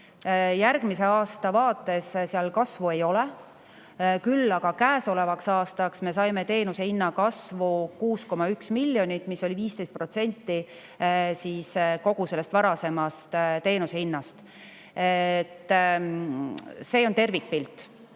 Järgmise aasta vaates seal kasvu ei ole, küll aga saime käesolevaks aastaks teenuse hinna kasvuks 6,1 miljonit, mis oli 15% kogu varasemast teenuse hinnast. See on tervikpilt.